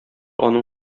аның